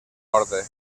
ordre